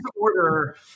order